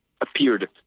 appeared